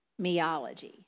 meology